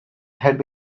had